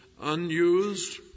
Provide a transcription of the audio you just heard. unused